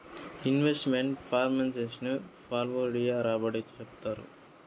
invest meant performance ని portfolio రాబడి గా చెప్తారు